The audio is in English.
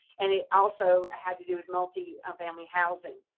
and it also had to do with multi-family housing.